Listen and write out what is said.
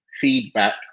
feedback